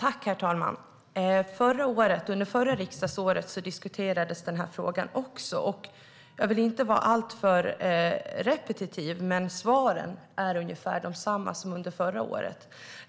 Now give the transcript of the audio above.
Herr talman! Även under förra riksdagsåret diskuterades den här frågan. Jag vill inte vara alltför repetitiv, men svaren är ungefär desamma som förra året.